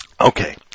Okay